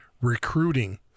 recruiting